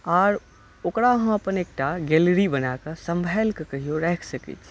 आर ओकरा आहाँ अपन एकटा गैलरी बना कऽ सम्भालि कऽ कहियौ राखि सकै छी